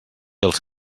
els